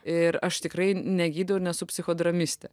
ir aš tikrai negydau ir nesu psichodramistė